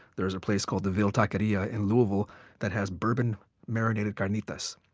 there is a place called the ville taqueria in louisville that has bourbon-marinated carnitas.